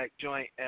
joint